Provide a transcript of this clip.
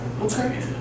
okay